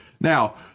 Now